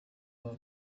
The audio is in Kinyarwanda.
uwa